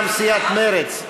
מטעם סיעת מרצ,